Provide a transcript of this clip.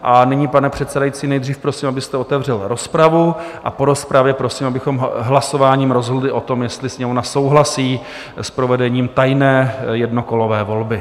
A nyní, pane předsedající, nejdřív prosím, abyste otevřel rozpravu, a po rozpravě prosím, abychom hlasováním rozhodli o tom, jestli Sněmovna souhlasí s provedením tajné jednokolové volby.